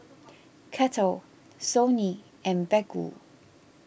Kettle Sony and Baggu